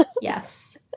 Yes